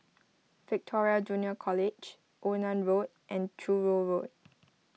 Victoria Junior College Onan Road and Truro Road